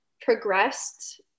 progressed